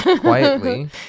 quietly